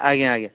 ଆଜ୍ଞା ଆଜ୍ଞା